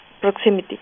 proximity